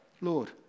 Lord